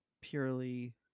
purely